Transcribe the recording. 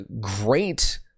great